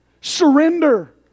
surrender